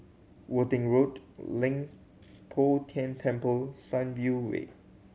Worthing Road Leng Poh Tian Temple Sunview Way